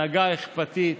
הנהגה אכפתית.